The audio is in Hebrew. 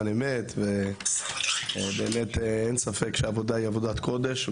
אמת ואין ספק שהעבודה היא עבודת קודש.